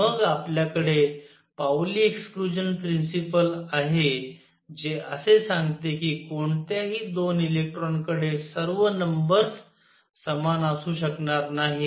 आणि मग आपल्याकडे पाऊली एक्सक्लुजन प्रिंसिपल आहे जे असे सांगते कि कोणत्याही 2 इलेक्ट्रॉन कडे सर्व नंबर्स समान असू शकणार नाही